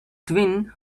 twin